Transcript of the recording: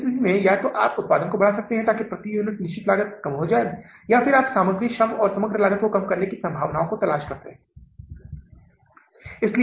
इस महीने में भी हमारे पास कितना अधिशेष है जोकि 63000 डॉलर है इस महीने में हमारे पास उपलब्ध सकारात्मक शेष है 63000 डॉलर हमारे पास उपलब्ध सकारात्मक शेष है